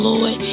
Lord